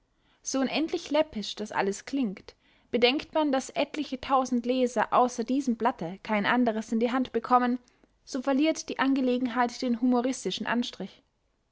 so unendlich läppisch das alles klingt bedenkt man daß etliche tausend leser außer diesem blatte kein anderes in die hand bekommen so verliert die angelegenheit den humoristischen anstrich